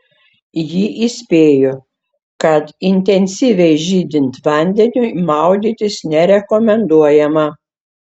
ji įspėjo kad intensyviai žydint vandeniui maudytis nerekomenduojama